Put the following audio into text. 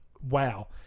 wow